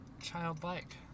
Childlike